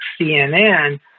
CNN